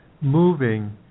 moving